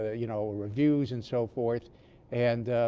ah you know reviews and so forth and